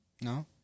No